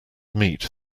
meat